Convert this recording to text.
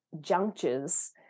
junctures